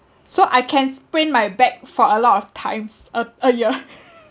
so I can sprain my back for a lot of times a a year